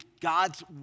God's